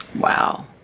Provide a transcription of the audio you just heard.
Wow